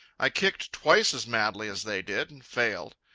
i kicked twice as madly as they did, and failed.